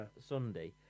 Sunday